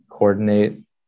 Coordinate